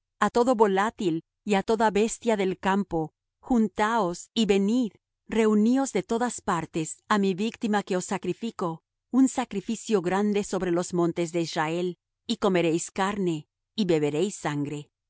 á todo volátil y á toda bestia del campo juntaos y venid reuníos de todas partes á mí víctima que os sacrifico un sacrificio grande sobre los montes de israel y comeréis carne y beberéis sangre